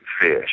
fish